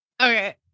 Okay